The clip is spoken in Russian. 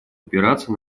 опираться